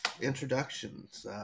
introductions